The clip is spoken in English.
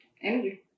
Energy